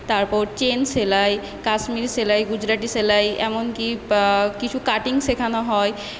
তারপর চেন সেলাই কাশ্মীরি সেলাই গুজরাটি সেলাই এমনকি কিছু কাটিং শেখানো হয়